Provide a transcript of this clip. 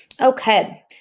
Okay